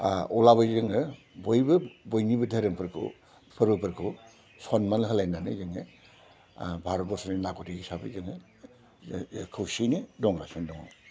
अब्लाबो जोङो बयबो बयनिबो धोरोमफोरखौ फोरबोफोरखौ सनमान होलायनानै जोङो भारत बरस'नि नागरिक हिसाबै जोङो खौसेयैनो दंगासिनो दङ